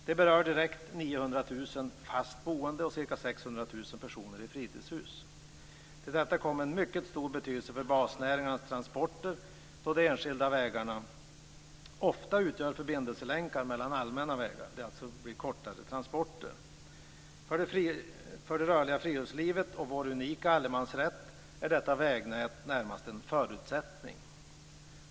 Det berör direkt 900 000 fast boende och ca 600 000 personer i fritidshus. Till detta kommer att de har en mycket stor betydelse för basnäringarnas transporter, då de enskilda vägarna ofta utgör förbindelselänkar mellan allmänna vägar. Det blir alltså kortare transporter. För det rörliga friluftslivet och vår unika allemansrätt är detta vägnät närmast en förutsättning.